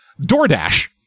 DoorDash